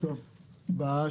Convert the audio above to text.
אנחנו נעשה את זה.